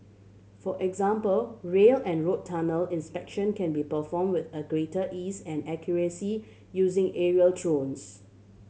for example rail and road tunnel inspection can be performed with a greater ease and accuracy using aerial drones